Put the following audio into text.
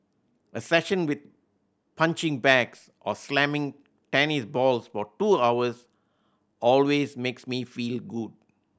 a session with punching bags or slamming tennis balls for two hours always makes me feel good